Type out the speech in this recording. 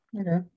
Okay